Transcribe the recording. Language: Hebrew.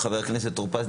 חבר הכנסת טור פז,